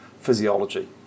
physiology